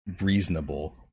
reasonable